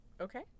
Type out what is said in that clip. okay